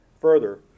further